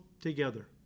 together